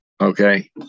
Okay